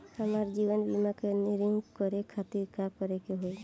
हमार जीवन बीमा के रिन्यू करे खातिर का करे के होई?